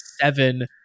seven